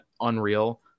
unreal